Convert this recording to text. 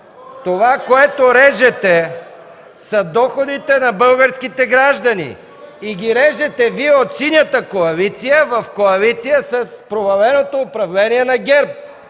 Това, което режете, са доходите на българските граждани! (Реплики от СК.) И ги режете Вие от Синята коалиция в коалиция с проваленото управление на ГЕРБ!